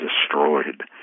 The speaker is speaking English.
destroyed